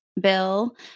bill